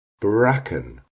bracken